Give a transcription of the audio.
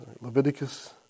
Leviticus